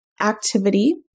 activity